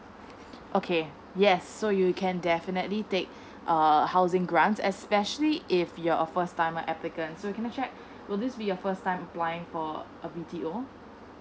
okay yes so you can definitely take err housing grant especially if you're a first timer applicant so can I check will this be your first time applying for a B T O